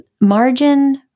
Margin